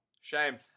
shame